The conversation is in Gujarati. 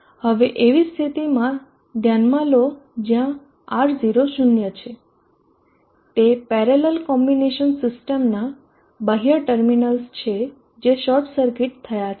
હવે એવી સ્થિતિમાં ધ્યાનમાં લો જ્યાં R0 0 છે તે પેરેલલ કોમ્બિનેશન સીસ્ટમના બાહ્ય ટર્મિનલ્સ છે જે શોર્ટ સર્કિટ થયા છે